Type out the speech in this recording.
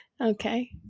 Okay